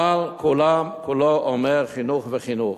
אבל כולו אומר: חינוך וחינוך.